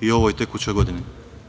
i u ovoj tekućoj godini. Sa